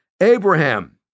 Abraham